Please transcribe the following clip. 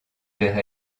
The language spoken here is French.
vers